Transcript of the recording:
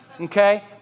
okay